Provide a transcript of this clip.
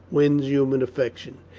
wins human affection.